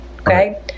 okay